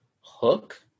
Hook